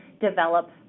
develop